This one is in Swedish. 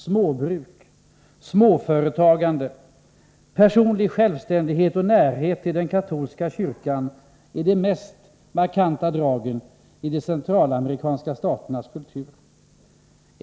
Småbruk, småföretagande, personlig självständighet och närhet 103 till den katolska kyrkan är de mest markanta dragen i de centralamerikanska staternas kultur.